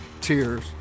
Tears